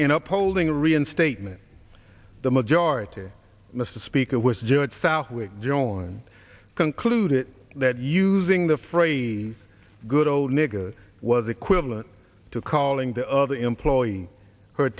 in upholding reinstatement the majority mr speaker was judge southwick joan concluded that using the phrase good old nigger was equivalent to calling the other employees her